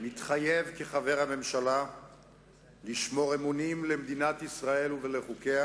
מתחייב כחבר הממשלה לשמור אמונים למדינת ישראל ולחוקיה,